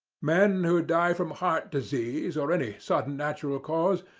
men who die from heart disease, or any sudden natural cause,